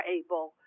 able